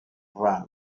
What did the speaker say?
run